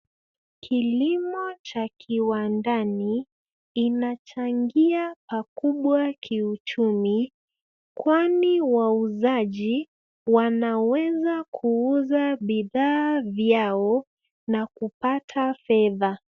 Kilimo cha kiwandani inachangia pakubwa kiuchumi kwani wauzaji wanaweza kuuza bidhaa vyao na kupata fedha.